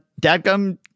Dadgum